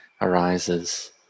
arises